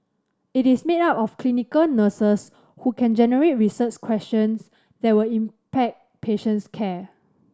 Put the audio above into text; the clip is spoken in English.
it is made up of clinical nurses who can generate research questions that will impact patients care